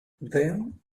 then